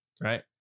Right